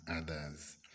others